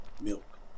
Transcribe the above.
milk